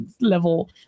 level